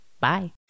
Bye